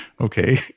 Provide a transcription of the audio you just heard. Okay